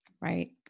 Right